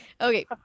Okay